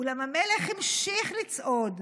אולם המלך המשיך לצעוד,